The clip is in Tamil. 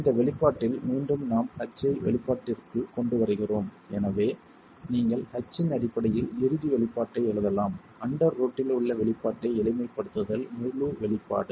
இந்த வெளிப்பாட்டில் மீண்டும் நாம் H ஐ வெளிப்பாட்டிற்குள் கொண்டு வருகிறோம் எனவே நீங்கள் H இன் அடிப்படையில் இறுதி வெளிப்பாட்டை எழுதலாம் அண்டர் ரூட்டில் உள்ள வெளிப்பாட்டை எளிமைப்படுத்துதல் முழு வெளிப்பாடு